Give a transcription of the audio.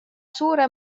suure